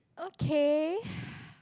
okay